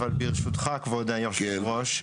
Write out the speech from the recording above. אבל ברשותך כבוד היושב-ראש,